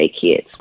kids